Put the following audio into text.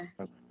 Okay